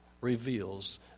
reveals